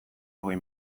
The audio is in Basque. hogei